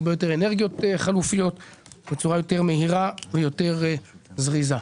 הרבה יותר אנרגיות חלופיות בצורה יותר מהירה ויותר זריזה.